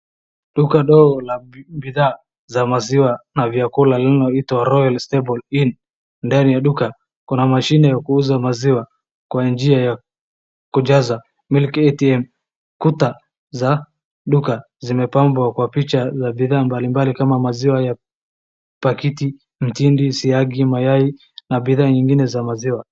Duka ndogo la bidhaa za maziwa na vyakula linaloitwa Royal Stable Inn . Ndani ya duka kuna mashine ya kuuza maziwa kwa njia ya kujaza milk ATM . Kuta za duka zimepambwa kwa picha za bidhaa mbalimbali kama maziwa ya pakiti, mtindi, siagi, mayai na bidhaa nyingine za maziwa.